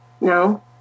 no